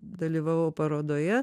dalyvavau parodoje